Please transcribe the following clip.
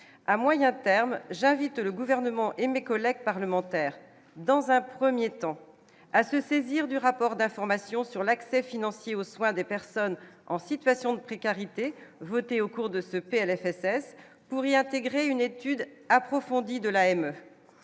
à moyen terme, j'invite le gouvernement et mes collègues parlementaires dans un 1er temps à se saisir du rapport d'information sur l'accès financier aux soins des personnes en situation de précarité voté au cours de ce PLFSS pour y intégrer une étude approfondie de la M